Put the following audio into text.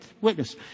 witness